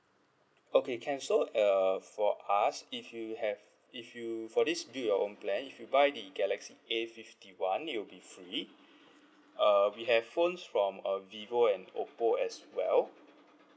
okay can so uh for us if you have if you for this build your own plan if you buy the galaxy A fifty one it will be free uh we have phones from uh vivo and oppo as well